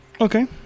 Okay